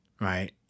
right